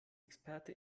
experte